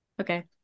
Okay